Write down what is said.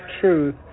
truth